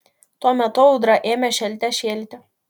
tuo metu audra ėmė šėlte šėlti